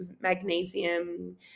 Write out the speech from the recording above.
magnesium